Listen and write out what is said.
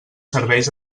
serveis